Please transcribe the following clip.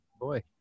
boy